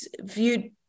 viewed